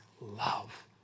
love